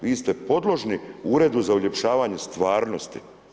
Vi ste podložni uredu za uljepšavanje stvarnosti.